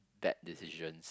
bad decisions